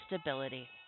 stability